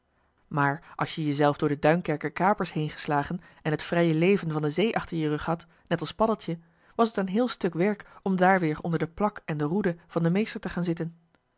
maar als je je zelf door de duinkerker kapers heengeslagen en het vrije leven van de zee achter je rug had net als paddeltje was het een heel stuk werk om daar weer onder de plak en de roede van den meester te gaan zitten